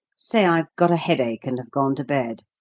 say i've got a headache, and have gone to bed.